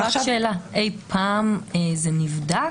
שאלה: אי פעם זה נבדק?